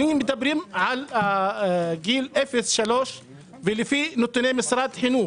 מדברים על גיל 0 עד 3 ולפי נתוני משרד החינוך